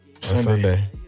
Sunday